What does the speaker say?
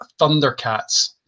Thundercats